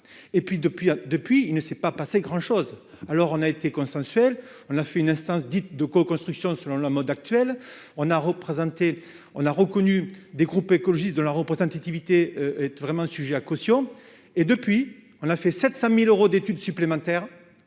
depuis, depuis il ne s'est pas passé grand chose alors on a été consensuel, on a fait une instance dite de co-construction selon la mode actuelle on a représenté, on a reconnu des groupes écologistes de la représentativité, être vraiment un sujet à caution et depuis on a fait 700000 euros d'études supplémentaires